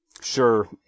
Sure